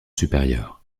supérieur